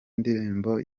ndirimbo